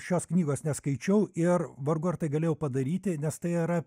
šios knygos neskaičiau ir vargu ar tai galėjau padaryti nes tai yra